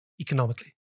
economically